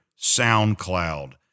SoundCloud